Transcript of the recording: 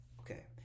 Okay